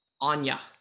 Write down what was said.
Anya